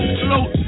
float